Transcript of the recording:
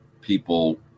people